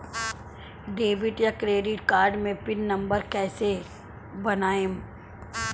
Debit या credit card मे pin number कैसे बनाएम?